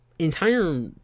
entire